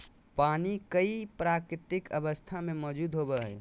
पानी कई प्राकृतिक अवस्था में मौजूद होबो हइ